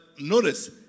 notice